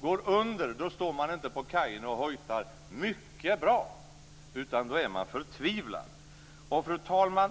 går under, då står man inte på kajen och hojtar: Mycket bra! Utan då är man förtvivlad. Fru talman!